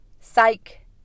Psych